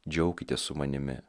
džiaukitės su manimi